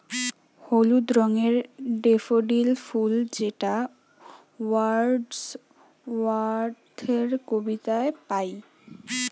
হলুদ রঙের ডেফোডিল ফুল যেটা ওয়ার্ডস ওয়ার্থের কবিতায় পাই